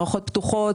מערכות פתוחות,